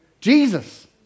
Jesus